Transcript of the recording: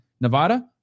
Nevada